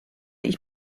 ich